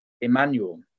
Emmanuel